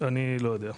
אני לא יודע.